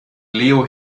leo